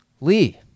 Lee